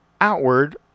outward